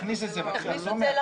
תכניסו את זה לחוק.